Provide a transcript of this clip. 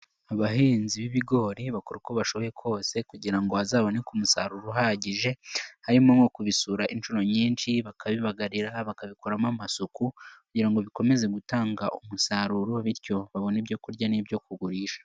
Abahinzi b'ibigori bakora uko bashoboye kose kugira ngo hazaboneke umusaruro uhagije harimo nko kubisura inshuro nyinshi bakabibagarira, bakabikoramo amasuku kugira ngo bikomeze gutanga umusaruro bityo babone ibyo kurya n'ibyo kugurisha.